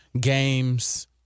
games